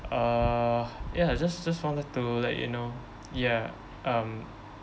uh ya just just wanted to let you know ya um